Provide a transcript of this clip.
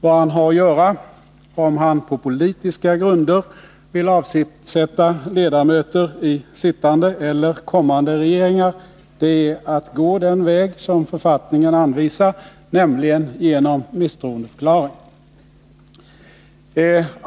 Vad han har att göra, om han på politiska grunder vill avsätta ledamöter i sittande eller kommande regeringar, är att gå den väg som författningen anvisar, nämligen genom misstroendeförklaring.